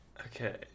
okay